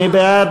מי בעד